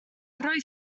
roedd